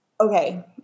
Okay